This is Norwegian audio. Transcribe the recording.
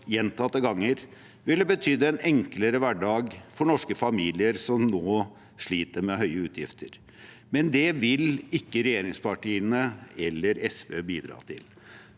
gjentatte ganger, ville ha betydd en enklere hverdag for norske familier som nå sliter med høye utgifter – men det vil ikke regjeringspartiene eller SV bidra til.